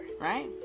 right